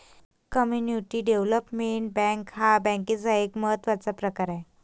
community development bank हा बँकेचा एक महत्त्वाचा प्रकार आहे